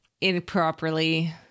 improperly